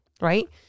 Right